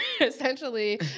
essentially